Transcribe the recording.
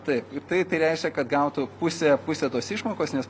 taip tai tai reiškia kad gautų pusę pusę tos išmokos nes